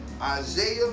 Isaiah